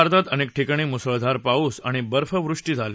उत्तर भारतात अनेक ठिकाणी मुसळधार पाऊस आणि बर्फवृष्टी झाली